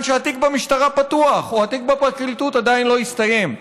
שהתיק במשטרה פתוח או התיק בפרקליטות עדיין לא הסתיים.